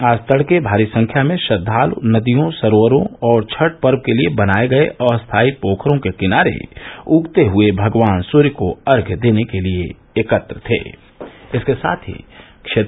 आज तड़के भारी संख्या में श्रद्वालु नदियों सरोवरो और छठ पर्व के लिए बनाए गये अस्थायी पोखरो के किनारे उगते हुए भगवान सूर्य को अर्घ्य देने के लिए एकत्र थे